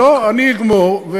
אני אגמור,